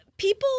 People